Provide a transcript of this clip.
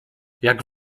jak